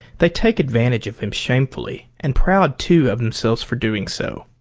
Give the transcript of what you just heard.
they take advantage of him shamefully, and proud, too, of themselves for doing so.